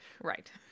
Right